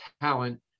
talent